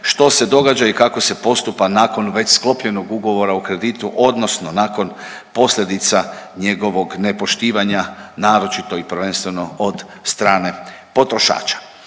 što se događa i kako se postupa nakon već sklopljenog ugovora o kreditu, odnosno nakon posljedica njegovog nepoštivanja naročito i prvenstveno od strane potrošača.